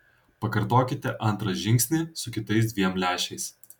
pakartokite antrą žingsnį su kitais dviem lęšiais